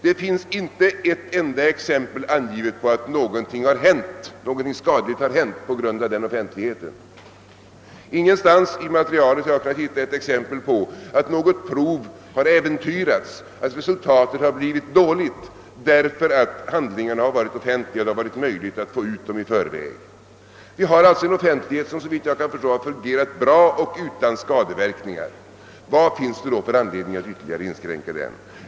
Det finns inte ett enda exempel angivet på att något skadligt har hänt på grund av denna offentlighet. Ingenstans i materialet har jag kunnat hitta ett exempel på att något prov har äventyrats eller att resultatet har blivit dåligt därför att handlingarna har varit offentliga och det har varit möjligt att få ut dem i förväg. Vi har alltså en offentlighet som, såvitt jag förstår, har fungerat bra och utan skadeverkningar. Vad finns det då för anledning att ytterligare inskränka den?